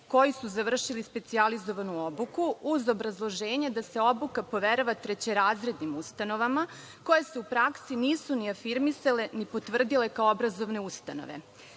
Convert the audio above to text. koji su završili specijalizovanu obuku, uz obrazloženje da se obuka poverava trećerazrednim ustanovama koje se u praksi nisu ni afirmisale ni potvrdile kao obrazovne ustanove. Članom